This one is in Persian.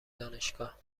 دانشگاه